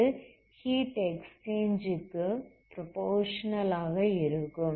அது heat exchange க்கு proportional ஆக இருக்கும்